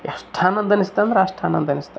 ಎಷ್ಟು ಆನಂದ ಅನಿಸ್ತು ಅಂದ್ರೆ ಅಷ್ಟು ಆನಂದ ಅನಿಸ್ತು